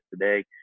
Today